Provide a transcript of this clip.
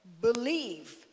believe